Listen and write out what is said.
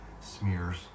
smears